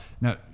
Now